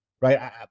right